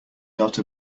not